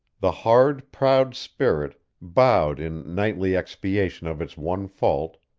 the hard, proud spirit, bowed in knightly expiation of its one fault,